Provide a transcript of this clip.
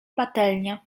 patelnia